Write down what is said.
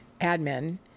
admin